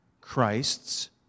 Christ's